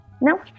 No